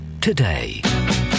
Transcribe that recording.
today